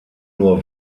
nur